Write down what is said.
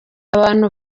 abantu